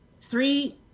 three